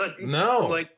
No